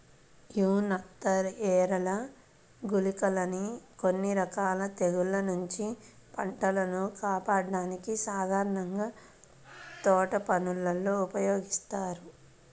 యీ నత్తఎరలు, గుళికలని కొన్ని రకాల తెగుల్ల నుంచి పంటను కాపాడ్డానికి సాధారణంగా తోటపనుల్లో ఉపయోగిత్తారు